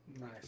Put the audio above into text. Nice